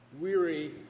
weary